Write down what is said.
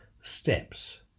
steps